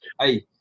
Hey